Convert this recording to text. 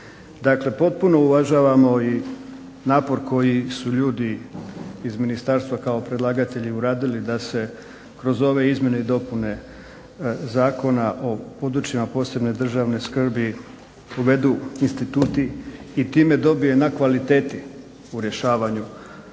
Dakle, potpuno uvažavamo i napor koji su ljudi iz ministarstva kao predlagatelji uradili da se kroz ove izmjene i dopune Zakona o područjima posebne državne skrbi uvedu instituti i time dobije na kvaliteti u rješavanju svih